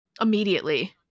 immediately